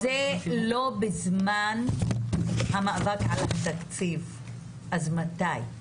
אם זה לא בזמן המאבק על התקציב, אז מתי?